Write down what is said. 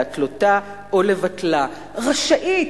להתלותה או לבטלה"; "רשאית",